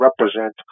represent